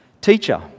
Teacher